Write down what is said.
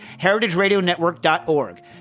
heritageradionetwork.org